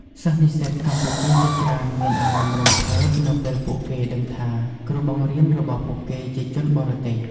សិស្សនិស្សិតកម្ពុជាជាច្រើនមានអារម្មណ៍រំភើបនៅពេលពួកគេដឹងថាគ្រូបង្រៀនរបស់ពួកគេជាជនបរទេស។